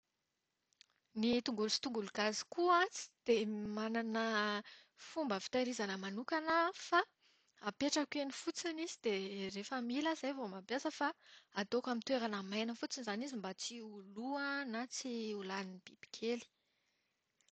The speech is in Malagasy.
Ny tongolo sy tongolo gasy koa an, tsy dia manana fomba fitahirizana manokana fa, apetrako eny fotsiny izy dia rehefa mila aho izay vao mampiasa. Fa ataoko amin'ny toerana maina fotsiny izany izy mba tsy ho lo na tsy ho lanin'ny bibikely.